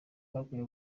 baguye